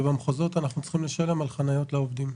ובמחוזות אנחנו צריכים לשלם על חניות לעובדים.